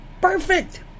Perfect